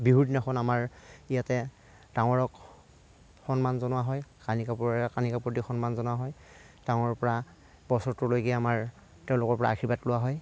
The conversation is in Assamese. বিহুৰ দিনাখন আমাৰ ইয়াতে ডাঙৰক সন্মান জনোৱা হয় কানি কাপোৰেৰে কানি কাপোৰ দি সন্মান জনোৱা হয় ডাঙৰ পৰা বছৰটোৰলৈকে আমাৰ তেওঁলোককৰ পৰা আশীৰ্বাদ লোৱা হয়